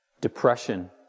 Depression